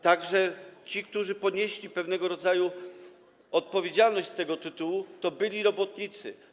Także ci, którzy ponieśli pewnego rodzaju odpowiedzialność z tego tytułu, to byli robotnicy.